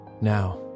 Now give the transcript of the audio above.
Now